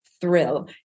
thrill